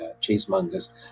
cheesemongers